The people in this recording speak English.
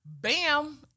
bam